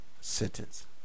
sentence